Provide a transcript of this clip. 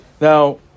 Now